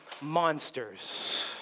monsters